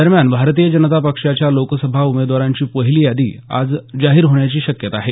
दरम्यान भारतीय जनता पक्षाच्या लोकसभा उमेदवारांची पहिली यादी आज जाहीर होण्याची शक्यता आहे